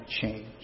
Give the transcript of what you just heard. change